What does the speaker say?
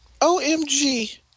OMG